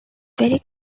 very